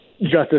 justice